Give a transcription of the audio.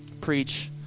preach